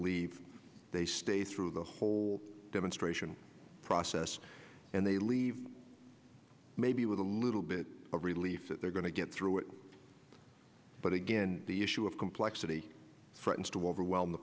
leave they stay through the whole demonstration process and they leave maybe with a little bit of relief that they're going to get through it but again the issue of complexity frightens to overwhelm the